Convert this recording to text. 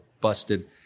busted